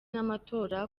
n’amatora